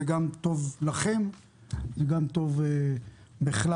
זה טוב גם לכם וגם לכלל,